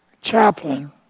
chaplain